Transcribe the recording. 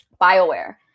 BioWare